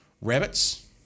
rabbits